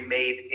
made